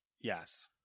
Yes